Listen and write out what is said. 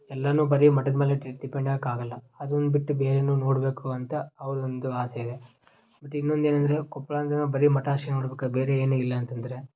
ಎಲ್ಲವೂ ಬರೀ ಮಠದ್ ಮೇಲೆ ಡಿಪೆಂಡ್ ಆಗೋಕ್ ಆಗೋಲ್ಲ ಅದನ್ನು ಬಿಟ್ಟು ಬೇರೇನು ನೋಡಬೇಕು ಅಂತ ಅವ್ರದ್ದೊಂದು ಆಸೆ ಇದೆ ಬಟ್ ಇನ್ನೊಂದೇನಂದರೆ ಕೊಪ್ಪಳ ಅಂದರೆ ನಾವು ಬರೀ ಮಠ ಅಷ್ಟೇ ನೋಡ್ಬೇಕು ಬೇರೆ ಏನೂ ಇಲ್ಲ ಅಂತಂದರೆ